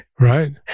Right